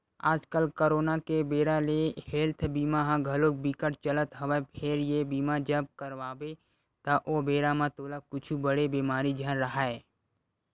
आजकल करोना के बेरा ले हेल्थ बीमा ह घलोक बिकट चलत हवय फेर ये बीमा जब करवाबे त ओ बेरा म तोला कुछु बड़े बेमारी झन राहय